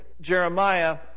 Jeremiah